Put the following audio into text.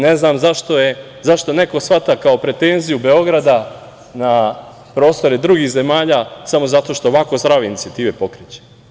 Ne znam zašto neko shvata kao pretenziju Beograda na prostore drugih zemalja samo zato što ovako zdrave inicijative pokreće.